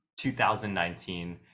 2019